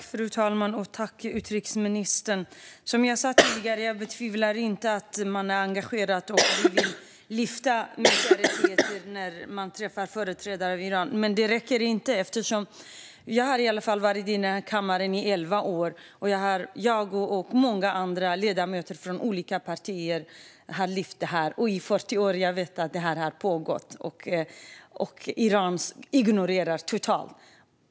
Fru talman! Tack, utrikesministern! Som jag sa tidigare betvivlar jag inte att man är engagerad och vill lyfta mänskliga rättigheter när man träffar företrädare för Iran, men det räcker inte. Jag har varit ledamot av den här kammaren i elva år, och under den tiden har jag och många andra ledamöter från olika partier lyft detta. Jag har vetat i 40 år att detta har pågått. Iran ignorerar kritiken totalt.